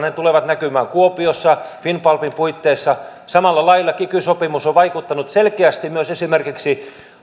ne tulevat näkymään kuopiossa finnpulpin puitteissa samalla lailla kiky sopimus on vaikuttanut selkeästi myös esimerkiksi